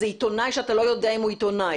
זה עיתונאי שאתה לא יודע אם הוא עיתונאי.